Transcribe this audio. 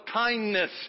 Kindness